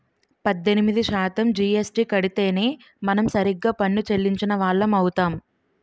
పద్దెనిమిది శాతం జీఎస్టీ కడితేనే మనం సరిగ్గా పన్ను చెల్లించిన వాళ్లం అవుతాం